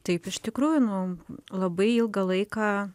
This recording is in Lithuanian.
taip iš tikrųjų nu labai ilgą laiką